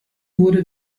wurde